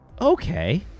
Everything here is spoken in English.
okay